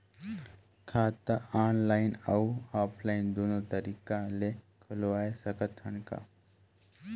खाता ऑनलाइन अउ ऑफलाइन दुनो तरीका ले खोलवाय सकत हन का?